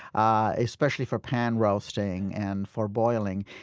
especially for pan roasting and for boiling.